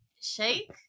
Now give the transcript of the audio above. Shake